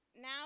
now